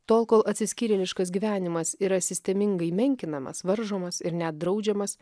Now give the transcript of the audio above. tol kol atsiskyrėliškas gyvenimas yra sistemingai menkinamas varžomas ir net draudžiamas